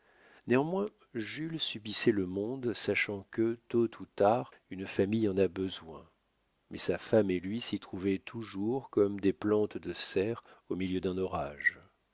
néanmoins jules subissait le monde sachant que tôt ou tard une famille en a besoin mais sa femme et lui s'y trouvaient toujours comme des plantes de serre au milieu d'un orage